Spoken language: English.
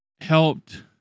helped